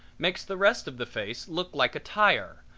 makes the rest of the face look like a tire,